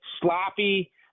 Sloppy